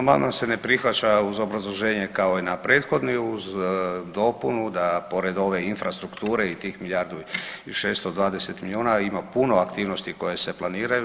Amandman se ne prihvaća uz obrazloženje kao i na prethodni uz dopunu da pored ove infrastrukture i tih milijardu i 620 milijuna ima puno aktivnosti koje se planiraju.